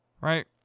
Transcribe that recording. right